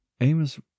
Amos